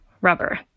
rubber